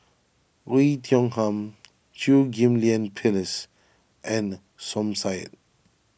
Oei Tiong Ham Chew Ghim Lian Phyllis and Som Said